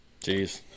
Jeez